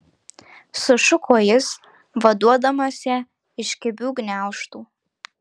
sušuko jis vaduodamas ją iš kibių gniaužtų